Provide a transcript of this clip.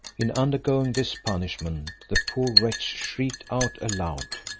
in undergoing this punishment, the poor wretch shrieked out aloud,